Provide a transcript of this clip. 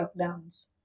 lockdowns